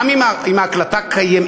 גם אם ההקלטה קיימת,